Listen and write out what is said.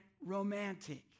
romantic